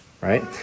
right